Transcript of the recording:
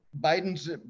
Biden's